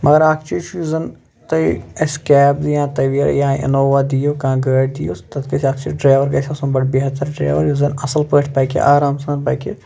مَگر اکھ چیٖز چھُ یُس زَن تُہۍ اَسہِ کیب یا تَویرا یا اِنووا دیو کاںہہ گٲڑ دِیو تَتھ گژھِ آسُن ڈریور گژھِ آسُن بَڑٕ بہتر ڈریور یُس زَن اَصٕل پٲٹھۍ پَکہِ آرام سان پکہِ